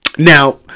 Now